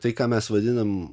tai ką mes vadinam